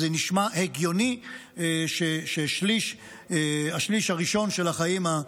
וזה נשמע הגיוני שהשליש הראשון של החיים,